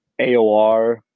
aor